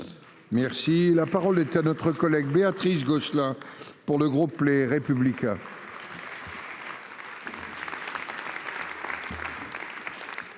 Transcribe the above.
Merci la parole est à notre collègue Béatrice Gosselin pour le groupe Les Républicains.